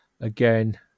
again